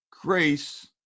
grace